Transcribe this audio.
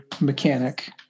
mechanic